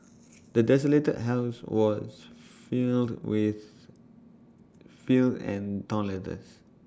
the desolated house was filled with filth and torn letters